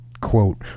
quote